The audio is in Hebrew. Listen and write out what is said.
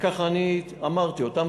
וככה אני אמרתי אותם,